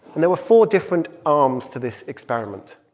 and there were four different arms to this experiment.